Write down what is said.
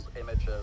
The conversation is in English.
images